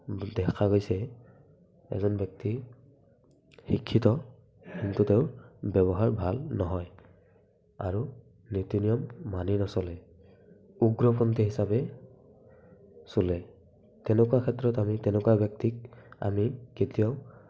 দেখা গৈছে এজন ব্যক্তি শিক্ষিত কিন্তু তেওঁৰ ব্যৱহাৰ ভাল নহয় আৰু নীতি নিয়ম মানি নচলে উগ্ৰপন্থী হিচাপে চলে তেনেকুৱা ক্ষেত্ৰত আমি তেনেকুৱা ব্যক্তিক আমি কেতিয়াও